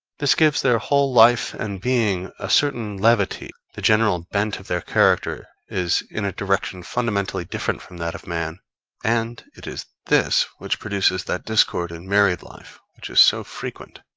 this gives their whole life and being a certain levity the general bent of their character is in a direction fundamentally different from that of man and it is this to which produces that discord in married life which is so frequent,